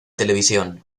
televisión